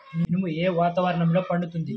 మినుము ఏ వాతావరణంలో పండుతుంది?